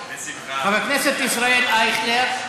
חבר הכנסת ישראל אייכלר,